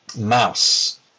Mouse